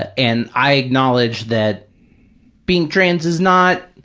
ah and i acknowledge that being trans is not,